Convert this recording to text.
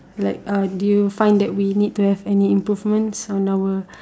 like uh did you find that we need to have any improvements on our